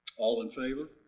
all in favor?